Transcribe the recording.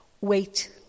wait